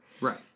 right